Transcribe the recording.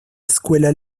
escuela